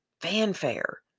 fanfare